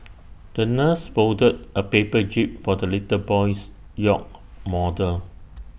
the nurse folded A paper jib for the little boy's yacht model